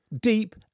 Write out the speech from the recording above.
deep